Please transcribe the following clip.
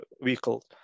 vehicle